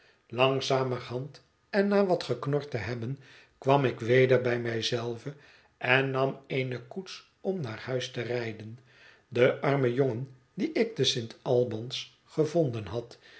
langzamerhand en na wat geknord te hebben kwam ik weder bij mij zelve en nam eene koets om naar huis te rijden de arme jongen dien ik te s t a b a n s gevonden had